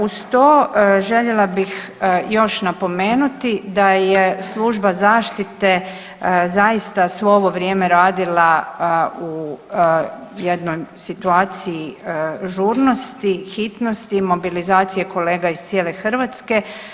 Uz to, željela bih još napomenuti da je služba zaštite zaista svo ovo vrijeme radila u jednoj situaciji žurnosti, hitnosti i mobilizacije kolega iz cijele Hrvatske.